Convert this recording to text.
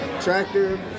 Tractor